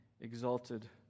exalted